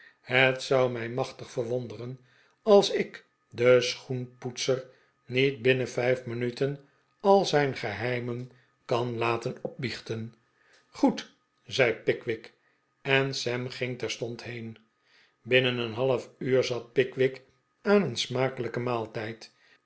het zou mij machtig verwonderen als ik den schoenpoetser niet binnen vijf minuten al zijn geheimen kan laten opbiechten goed zei pickwick en sam ging terstond heen binnen een half uur zat pickwick aan een smakelijken maaltijd